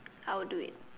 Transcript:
I would do it